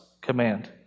command